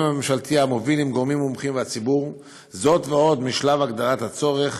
הממשלתי המוביל עם גורמים מומחים והציבור עוד משלב הגדרת הצורך,